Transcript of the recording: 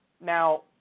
Now